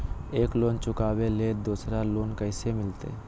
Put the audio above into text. एक लोन के चुकाबे ले दोसर लोन कैसे मिलते?